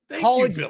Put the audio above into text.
college